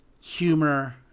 humor